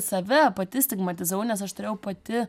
save pati stigmatizavau nes aš turėjau pati